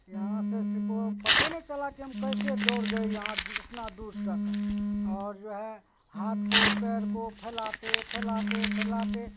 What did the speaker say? یہاں سے سپول پتے نہیں چلا کہ ہم کییسے دوڑ گئے یہاں اتنا دور تک اور جو ہے ہاتھ کو پیر کو پھیلاتے پھیلاتے پھیلاتے